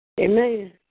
Amen